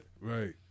Right